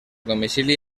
domicili